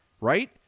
right